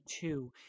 two